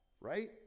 right